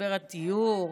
במשבר הדיור?